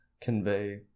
convey